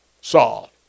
Saul